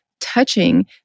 touching